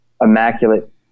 immaculate